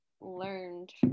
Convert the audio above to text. learned